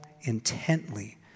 intently